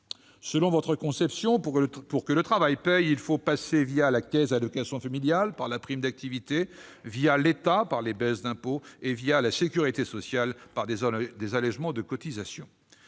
Selon votre conception, pour que le travail paie, il faut passer par la caisse d'allocations familiales, avec la prime d'activité, par l'État, avec les baisses d'impôts, ou par la sécurité sociale, avec les allégements de cotisations.